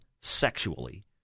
sexually